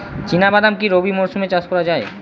চিনা বাদাম কি রবি মরশুমে চাষ করা যায়?